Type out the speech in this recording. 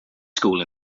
school